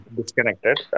disconnected